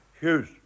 Hughes